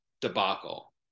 debacle